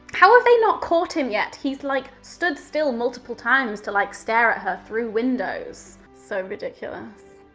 how have they not caught him yet? he's like, stood still multiple times to like stare at her through windows so ridiculous.